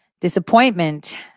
Disappointment